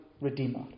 Redeemer